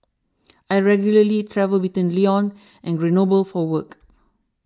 I regularly travel between Lyon and Grenoble for work